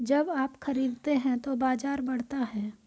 जब आप खरीदते हैं तो बाजार बढ़ता है